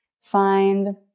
Find